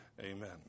amen